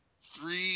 three